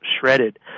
shredded